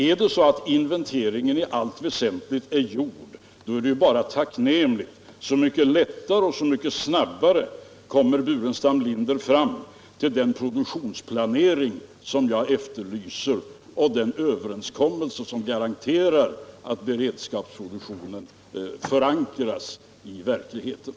Om inventeringen i allt väsentligt redan är gjord är detta bara tacknämligt, så mycket lättare och snabbare kommer herr Burenstam Linder fram till den produktionsplanering som jag efterlyser och den överenskommelse som garanterar att beredskapsproduktionen förankras i verkligheten.